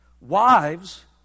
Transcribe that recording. wives